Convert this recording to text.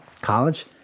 college